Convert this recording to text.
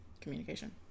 communication